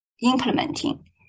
implementing